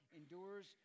endures